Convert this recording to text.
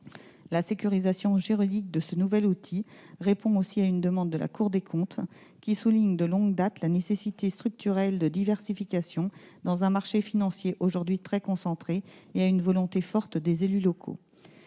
La sécurisation juridique de ce nouvel outil répond aussi à une demande de la Cour des comptes, qui souligne de longue date la nécessité structurelle de diversifier un marché financier aujourd'hui très concentré, et à une volonté forte des élus locaux.